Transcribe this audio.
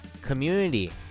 community